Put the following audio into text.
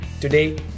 Today